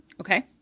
Okay